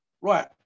Right